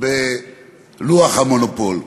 בלוח ה"מונופול".